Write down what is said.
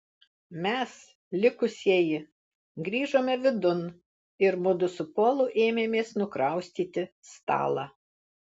mes likusieji grįžome vidun ir mudu su polu ėmėmės nukraustyti stalą